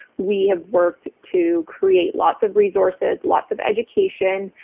we have worked to create lots of resources, lots of education.